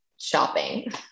shopping